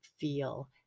feel